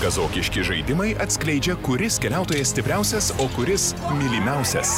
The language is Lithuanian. kazokiški žaidimai atskleidžia kuris keliautojas stipriausias o kuris mylimiausias